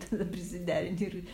tada prisiderini ir